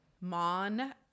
mon